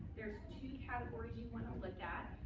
there's two categories you want to look at.